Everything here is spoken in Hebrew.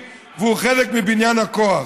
ובעיקר חסרי ניסיון,